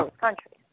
countries